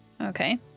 okay